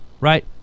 right